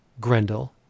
Grendel